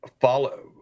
follow